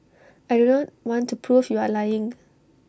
I do not want to prove you are lying